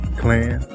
clan